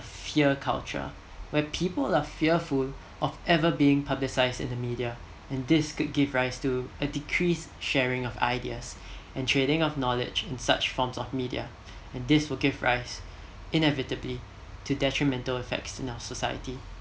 fear culture where people are fearful of ever being publicised in the media and this could give rise to a decrease sharing of ideas and trading of knowledge in such forms of media and this will give rise inevitably to detrimental effects in our society